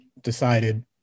decided